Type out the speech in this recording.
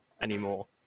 anymore